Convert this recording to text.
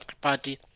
party